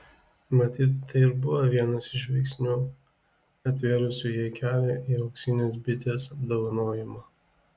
matyt tai ir buvo vienas iš veiksnių atvėrusių jai kelią į auksinės bitės apdovanojimą